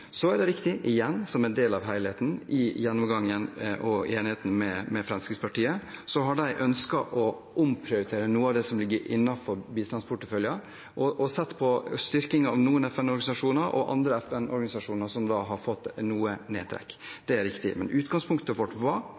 Så er det riktig – igjen – at som en del av helheten i gjennomgangen og enigheten med Fremskrittspartiet, har de ønsket å omprioritere noe av det som ligger innenfor bistandsporteføljen, med styrking av noen FN-organisasjoner, mens andre FN-organisasjoner har fått noe trekk. Det er riktig. Men utgangspunktet vårt var